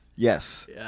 Yes